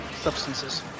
substances